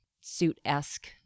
suit-esque